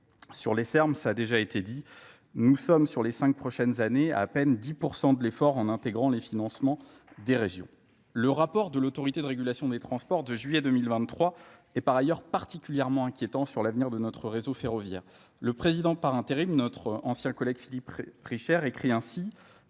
sur les fermes cela a déjà été dit nous sommes sur les cinq prochaines années à peine dix pour cent de l'effort en intégrant les financements des régions le rapport de l'autorité de régulation des transports de juillet deux mille vingt trois est par ailleurs particulièrement inquiétante sur l'avenir de notre réseau ferroviaire le président par intérim notre ancien collègue philippe richer écrit ainsi